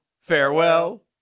farewell